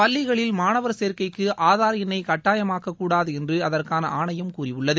பள்ளிகளில் மாணவர்சேர்க்கைக்கு ஆதார் எண்ணை கட்டாயமாக்கக்கூடாது என்று அதற்கான ஆணையம் கூறியுள்ளது